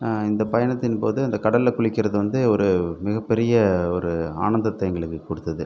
இந்த பயணத்தின் போது அந்த கடலில் குளிக்கிறது வந்து ஒரு மிகப்பெரிய ஒரு ஆனந்தத்தை எங்களுக்கு கொடுத்தது